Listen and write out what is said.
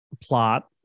plot